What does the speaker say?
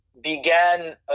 began